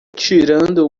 tirando